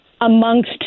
amongst